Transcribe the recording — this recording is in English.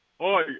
Hi